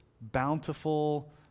bountiful